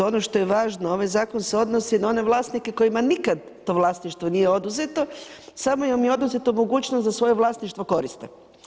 Ono što je važno, ovaj zakon se odnosi na one vlasnike kojima nikad to vlasništvo nije oduzeto samo im je oduzeta mogućnost da svoje vlasništvo koriste.